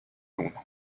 uno